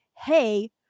Hey